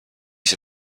see